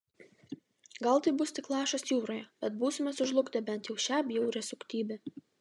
gal tai bus tik lašas jūroje bet būsime sužlugdę bent jau šią bjaurią suktybę